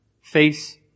Face